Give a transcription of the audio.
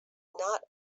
not